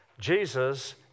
Jesus